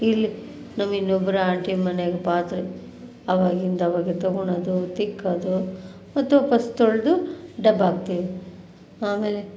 ಇಲ್ಲಿ ನಮ್ಮ ಇನ್ನೊಬ್ರು ಆಂಟಿ ಮನ್ಯಾಗ ಪಾತ್ರೆ ಅವಾಗಿಂದು ಅವಾಗೇ ತೊಗೊಳ್ಳೋದು ತಿಕ್ಕೋದು ಮತ್ತು ವಾಪಸ್ಸು ತೊಳೆದು ದಬಾಕ್ತೀವಿ ಆಮೇಲೆ